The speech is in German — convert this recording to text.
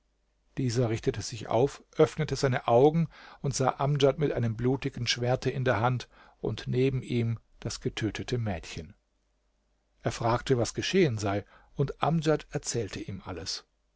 dieser richtete sich auf öffnete seine augen und sah amdjad mit einem blutigen schwerte in der hand und neben ihm das getötete mädchen er fragte was geschehen sei und amdjad erzählte ihm alles